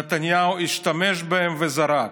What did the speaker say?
נתניהו השתמש בהם וזרק.